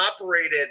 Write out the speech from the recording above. operated